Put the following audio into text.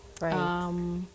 Right